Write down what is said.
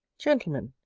gentlemen,